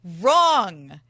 wrong